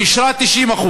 ואישרה 90%,